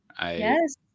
Yes